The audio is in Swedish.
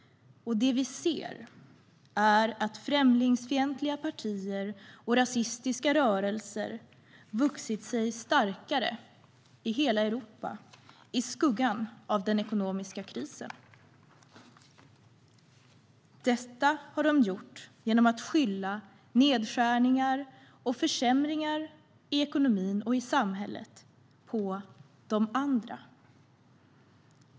Det vi ser är att främlingsfientliga partier och rasistiska rörelser har vuxit sig starkare i hela Europa i skuggan av den ekonomiska krisen. De har vuxit sig starkare genom att skylla nedskärningar och försämringar i ekonomin på "de andra".